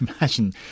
imagine